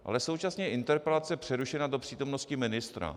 Ale současně je interpelace přerušena do přítomnosti ministra.